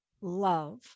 love